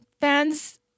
fans